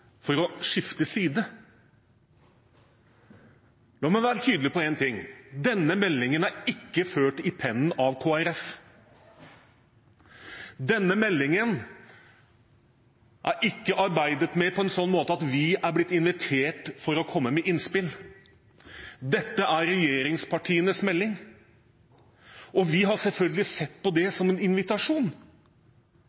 å skifte side. La meg være tydelig på en ting: Denne meldingen er ikke ført i pennen av Kristelig Folkeparti. Denne meldingen er ikke arbeidet med på en sånn måte at vi er blitt invitert til å komme med innspill. Dette er regjeringspartienes melding, og vi har selvfølgelig sett på det